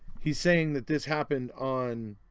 he's saying that this happened on